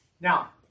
Now